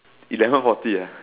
eleven forty ah